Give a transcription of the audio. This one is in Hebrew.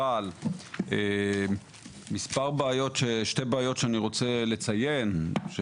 אבל יש שתי בעיות שאני רוצה לציין,